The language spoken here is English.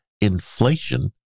inflation